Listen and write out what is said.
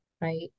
right